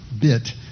bit